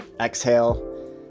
Exhale